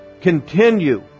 Continue